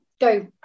go